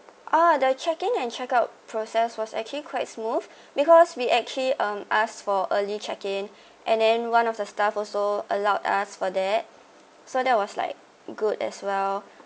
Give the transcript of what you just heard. ah the check in and check out process was actually quite smooth because we actually um asked for early check in and then one of the staff also allowed us for that so that was like good as well